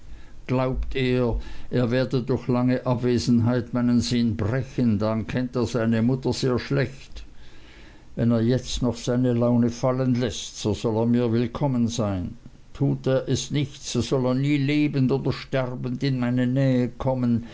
glaubt er er werde durch lange abwesenheit meinen sinn brechen dann kennt er seine mutter sehr schlecht wenn er jetzt noch seine laune fallen läßt so soll er mir willkommen sein tut er es nicht so soll er nie lebend oder sterbend in meine nähe kommen